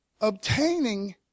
obtaining